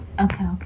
okay